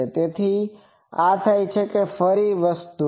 તે થાય છે ફરીથી એક જાણીતી વસ્તુ જે